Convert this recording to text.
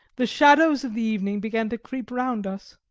the shadows of the evening began to creep round us.